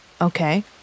okay